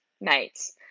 mates